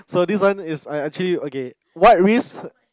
so this one is I actually okay what risk